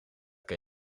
kan